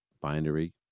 binary